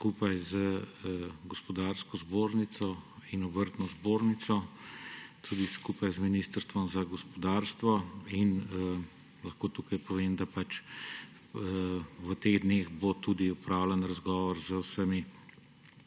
skupaj z gospodarsko zbornico in obrtno zbornico, tudi skupaj z ministrstvom za gospodarstvo. Lahko povem, da bo v teh dneh tudi opravljen razgovor z vsemi